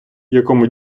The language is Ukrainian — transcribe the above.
якому